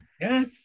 Yes